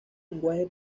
lenguaje